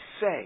say